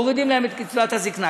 מורידים את קצבת הזקנה,